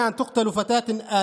לא רק שמאבדים את החיים,